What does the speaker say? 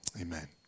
Amen